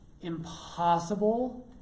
impossible